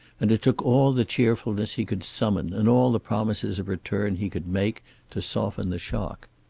and it took all the cheerfulness he could summon and all the promises of return he could make to soften the shock.